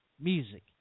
music